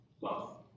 Love